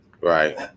Right